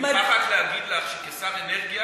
אני מוכרח רק להגיד לך שכשר אנרגיה